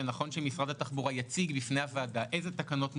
נכון שמשרד התחבורה יציג בפני הוועדה אילו תקנות מוכנות,